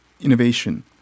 innovation